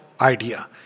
idea